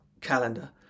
calendar